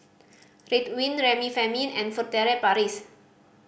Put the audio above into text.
Ridwind Remifemin and Furtere Paris